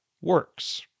works